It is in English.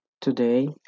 Today